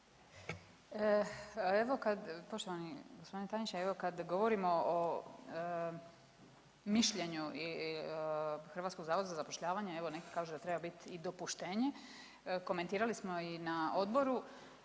Evo kad, poštovani gospodine tajniče, evo kad govorimo o mišljenju i Hrvatskog zavoda za zapošljavanje evo netko kaže da treba biti i dopuštenje. Komentirali smo i na odboru.